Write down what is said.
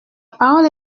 parole